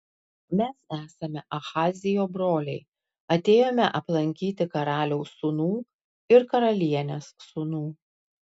mes esame ahazijo broliai atėjome aplankyti karaliaus sūnų ir karalienės sūnų